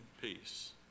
peace